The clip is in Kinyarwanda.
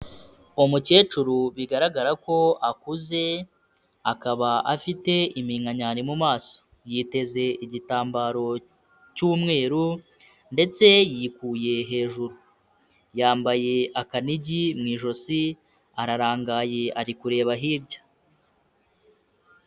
Umukecuru bigaragara ko akuze, akaba afite iminkanyari mu maso, yiteze igitambaro cy'umweru ndetse yikuye hejuru, yambaye akanigi mu ijosi, ararangaye ari kureba hirya.